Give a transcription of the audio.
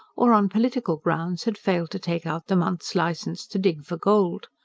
or on political grounds, had failed to take out the month's licence to dig for gold.